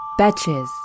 Betches